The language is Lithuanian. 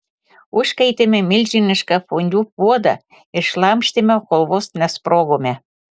užkaitėme milžinišką fondiu puodą ir šlamštėme kol vos nesprogome